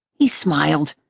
he smiled.